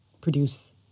produce